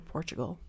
Portugal